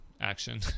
action